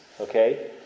Okay